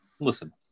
Listen